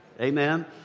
Amen